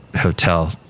hotel